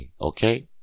Okay